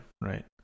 right